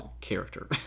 character